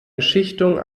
beschichtung